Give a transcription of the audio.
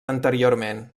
anteriorment